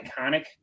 iconic